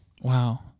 Wow